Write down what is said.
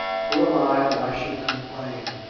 who am i that i should complain?